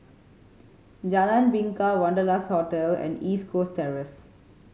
Jalan Bingka Wanderlust Hotel and East Coast Terrace